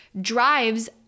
drives